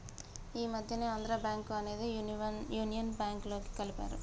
ఈ మధ్యనే ఆంధ్రా బ్యేంకు అనేది యునియన్ బ్యేంకులోకి కలిపారు